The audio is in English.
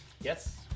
yes